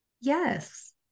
Yes